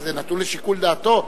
אבל זה נתון לשיקול דעתו,